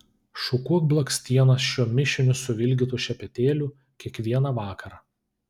šukuok blakstienas šiuo mišiniu suvilgytu šepetėliu kiekvieną vakarą